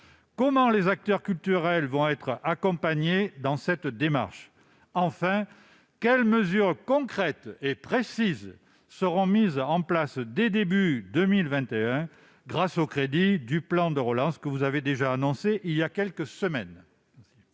Comment les acteurs culturels vont-ils être accompagnés dans cette démarche ? Quelles mesures concrètes et précises seront mises en place dès le début de 2021 grâce aux crédits du plan de relance que vous avez annoncé il y a quelques semaines ?